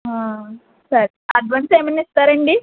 సరే అడ్వాన్స్ ఏమైనా ఇస్తారాండి